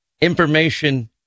information